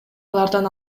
алардан